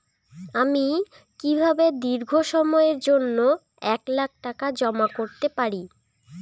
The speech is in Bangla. আমি কিভাবে দীর্ঘ সময়ের জন্য এক লাখ টাকা জমা করতে পারি?